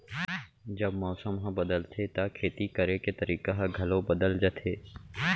जब मौसम ह बदलथे त खेती करे के तरीका ह घलो बदल जथे?